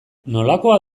nolakoa